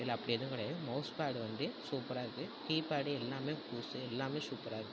இல்லை அப்படி எதுவும் கிடையாது மவுஸ் பேடு வந்து சூப்பராக இருக்கு கீப்பேடு எல்லாமே புதுசு எல்லாமே சூப்பராக இருக்கு